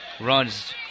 runs